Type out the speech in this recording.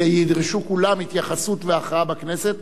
ידרשו כולם התייחסות והכרעה בכנסת,